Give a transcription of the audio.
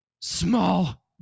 small